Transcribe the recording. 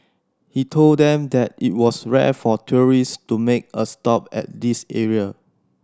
he told them that it was rare for tourists to make a stop at this area